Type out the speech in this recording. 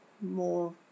more